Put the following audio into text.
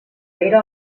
era